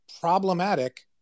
problematic